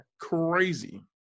Crazy